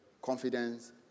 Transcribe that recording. Confidence